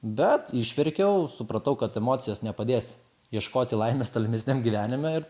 bet išverkiau supratau kad emocijos nepadės ieškoti laimės tolimesniam gyvenime ir